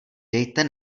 dejte